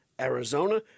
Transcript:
Arizona